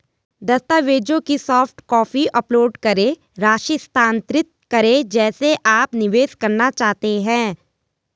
दस्तावेजों की soft copy upload करें, राशि स्थानांतरित करें जिसे आप निवेश करना चाहते हैं